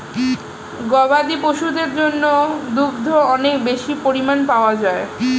গবাদি পশুদের পণ্য দুগ্ধ অনেক বেশি পরিমাণ পাওয়া যায়